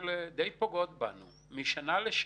על בסיס תקציבם של משרדי הממשלה הנוגעים בדבר.